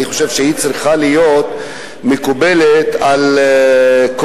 אני חושב שהיא צריכה להיות מקובלת על כל